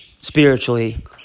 spiritually